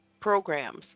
programs